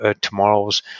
tomorrow's